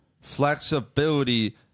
flexibility